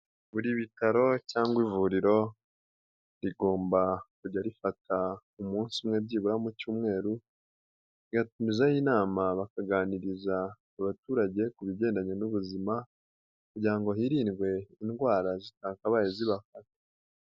Buri bitaro cyangwa ivuriro, rigomba kujya rifata umunsi umwe byibura mu cyumweru, rigatumizaho inama bakaganiriza ku baturage ku bijyandanye n'ubuzima kugira ngo hirindwe indwara zitakabaye zibafata.